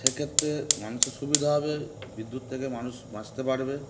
সেক্ষেত্রে মানুষের সুবিধা হবে বিদ্যুৎ থেকে মানুষ বাঁচতে পারবে